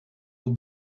will